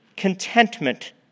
contentment